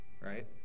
right